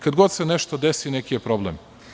Kad god se nešto desi, neki je problem.